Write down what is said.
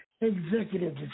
Executive